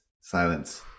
silence